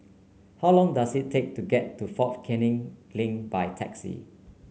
how long does it take to get to Fort Canning Link by taxi